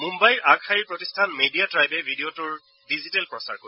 মুঘাইৰ আগশাৰীৰ প্ৰতিষ্ঠান মেডিয়া ট্ৰাইবে ভিডিঅটোৰ ডিজিটেল প্ৰচাৰ কৰিব